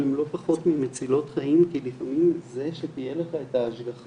אבל הן לא פחות ממצילות חיים כי לפעמים זה שתהיה לך את ההשגחה